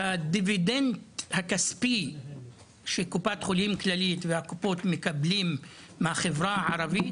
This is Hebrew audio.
הדיבידנד הכספי של קופת חולים כללית ושאר הקופות שמקבלות מהחברה הערבית